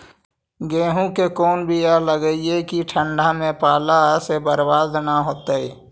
गेहूं के कोन बियाह लगइयै कि ठंडा में पाला से बरबाद न होतै?